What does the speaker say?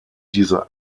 diese